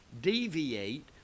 deviate